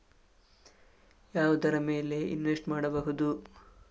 ಯಾವುದರ ಮೇಲೆ ಇನ್ವೆಸ್ಟ್ ಮಾಡಬಹುದು?